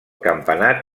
campanar